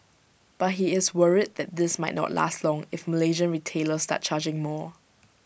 but he is worried that this might not last long if Malaysian retailers start charging more